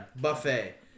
Buffet